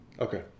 Okay